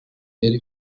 yari